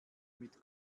mit